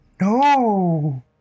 no